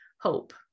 hope